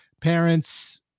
parents